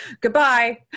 goodbye